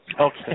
Okay